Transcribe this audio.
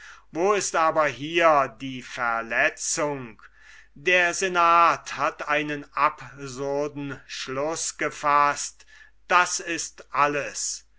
wo ist aber hier die verletzung der senat hat einen absurden schluß gefaßt das ist alles